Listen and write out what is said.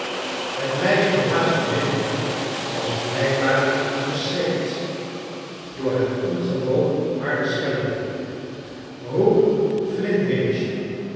het meisje dat haastig binnenkwam was blijkbaar geschrikt door het ongewoon harde schellen roep elintwinch in